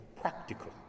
practical